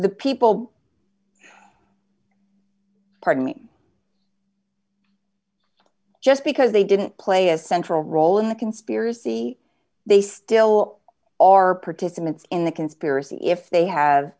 the people pardoning just because they didn't play a central role in the conspiracy they still are participants in the conspiracy if they have